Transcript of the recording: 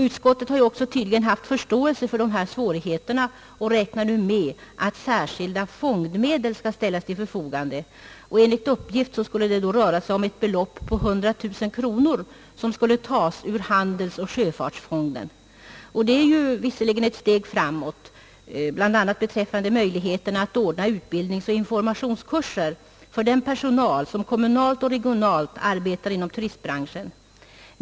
Utskottet har tydligen haft förståelse för dessa svårigheter och räknar nu med att särskilda fondmedel skall ställas till förfogande. Enligt uppgift skulle det då röra sig om ett belopp på 100 000 kronor, som skulle tas ur handelsoch sjöfartsfonden. Det är visserligen ett steg framåt, bl.a. beträffande möjligheten att ordna utbildningsoch informationskurser för den personal som kommunalt och regionalt arbetar inom turistbranschen.